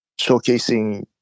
showcasing